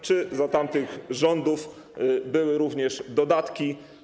Czy za tamtych rządów były również dodatki?